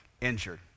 injured